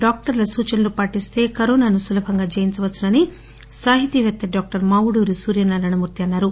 డాక్టర్ల సూచనలు పాటిస్తే కరోనాను సులభంగా జయించవచ్చని సాహితీపేత్త డాక్టర్ మావుడూరి సూర్యనారాయణ మూర్తి అన్నారు